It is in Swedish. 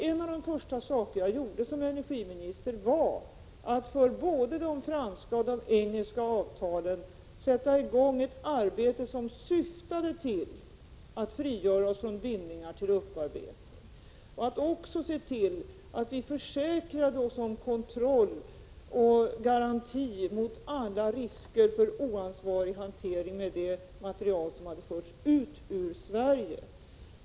En av de första saker jag gjorde som energiminister var att för både det franska och det engelska avtalet sätta i gång ett arbete som syftade till att frigöra oss från bindningar till upparbetning och att försäkra oss om garantier mot alla risker för oansvarig hantering av det material som hade förts ut ur Sverige.